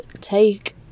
take